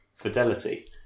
fidelity